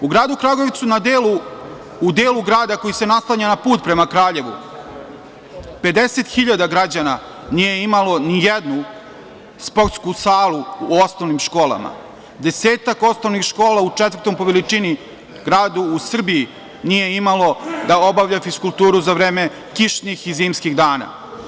U gradu Kragujevcu u delu grada koji se naslanja na put prema Kraljevu, 50 hiljada građana nije imalo nijednu sportsku salu u osnovnim školama, desetak osnovnih škola u četvrtom po veličini gradu u Srbiji nije imalo da obavlja fiskulturu za vreme kišnih i zimskih dana.